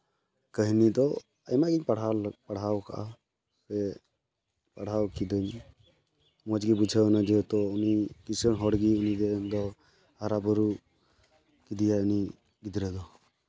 ᱠᱟᱹᱦᱱᱤ ᱫᱚ ᱟᱭᱢᱟ ᱜᱤᱧ ᱯᱟᱲᱦᱟᱣ ᱞᱮᱫᱟ ᱯᱟᱲᱦᱟᱣ ᱠᱟᱜᱼᱟ ᱥᱮ ᱯᱟᱲᱦᱟᱣ ᱠᱤᱫᱟᱹᱧ ᱢᱚᱡᱽ ᱜᱮ ᱵᱩᱡᱷᱟᱹᱣᱱᱟ ᱡᱮᱦᱮᱛᱩ ᱩᱱᱤ ᱠᱤᱥᱟᱹᱬ ᱦᱚᱲ ᱜᱮ ᱩᱱᱤ ᱨᱮᱱ ᱫᱚ ᱦᱟᱨᱟᱼᱵᱩᱨᱩ ᱠᱮᱫᱮᱭᱟᱭ ᱩᱱᱤ ᱜᱤᱫᱽᱨᱟᱹ ᱫᱚ